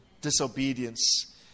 disobedience